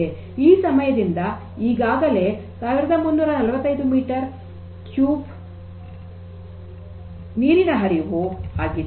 ಈ ಸಮಯದಿಂದ ಈಗಾಗಲೇ ೧೩೪೫ ಘನ ಮೀಟರ್ ನೀರಿನ ಹರಿವು ಆಗಿದೆ